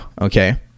okay